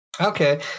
okay